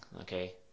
okay